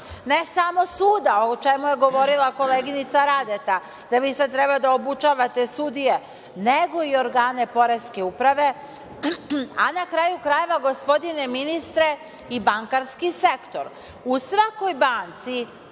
Ne samo suda, o čemu je govorila koleginica Radeta, da vi sad treba da obučavate sudije, nego i organe poreske uprave, a na kraju krajeva, gospodine ministre, i bankarski sektor.U svakoj banci,